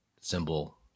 symbol